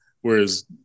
whereas